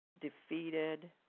defeated